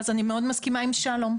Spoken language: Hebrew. אז אני מאוד מסכימה עם שלום,